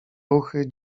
ruchy